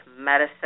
medicine